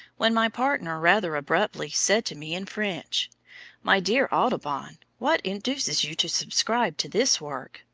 when my partner rather abruptly said to me in french my dear audubon, what induces you to subscribe to this work!